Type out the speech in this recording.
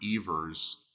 Evers